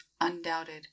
undoubted